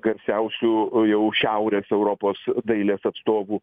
garsiausių jau šiaurės europos dailės atstovų